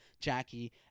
Jackie